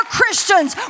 Christians